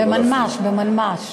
במנמ"ש.